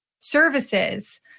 services